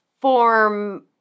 form